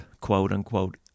quote-unquote